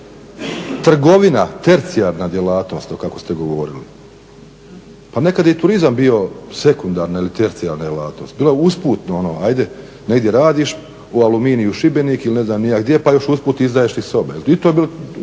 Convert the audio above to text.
trgovina tercijarna djelatnost kako ste to govorili, pa nekada je i turizam bio sekundarna ili tercijarna djelatnost, bilo je usputno ono, ajde negdje radiš, u Aluminiju Šibenik ili ne znam ni ja gdje pa još usput izdaješ i sobe i to je bila